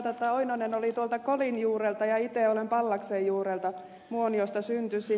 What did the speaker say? pentti oinonen oli tuolta kolin juurelta ja itse olen pallaksen juurelta muoniosta syntyisin